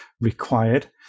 required